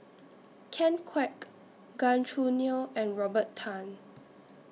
Ken Kwek Gan Choo Neo and Robert Tan